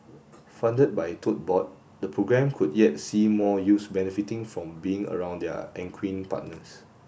funded by Tote Board the programme could yet see more youths benefiting from being around their equine partners